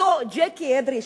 ואותו ג'קי אדרי,